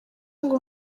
ngo